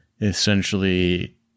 essentially